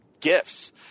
gifts